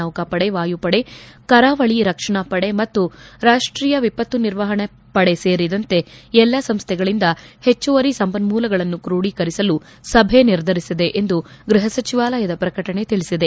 ನೌಕಾಪಡೆ ವಾಯುಪಡೆ ಕರಾವಳಿ ರಕ್ಷಣಾ ಪಡೆ ಮತ್ತು ರಾಷ್ಷೀಯ ವಿಪತ್ತು ನಿರ್ವಹಣಾ ಪಡೆ ಸೇರಿದಂತೆ ಎಲ್ಲ ಸಂಸ್ಥೆಗಳಿಂದ ಹೆಚ್ಚುವರಿ ಸಂಪನ್ಮೂಲಗಳನ್ನು ಕ್ರೊಡೀಕರಿಸಲು ಸಭೆ ನಿರ್ಧರಿಸಿದೆ ಎಂದು ಗೃಪ ಸಚಿವಾಲಯದ ಪ್ರಕಟಣೆ ತಿಳಿಸಿದೆ